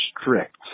strict